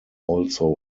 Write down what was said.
also